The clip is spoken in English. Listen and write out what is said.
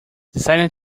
deciding